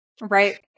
Right